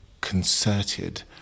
concerted